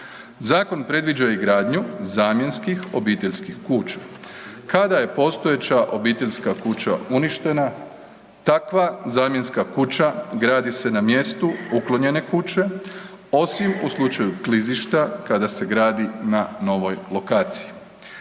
Zakon predviđa i gradnju zamjenskih obiteljskih kuća. Kada je postojeća obiteljska kuća uništena, takva zamjenska kuća gradi se na mjeru uklonjene kuće, osim u slučaju klizišta, kada se gradi na novoj lokaciji.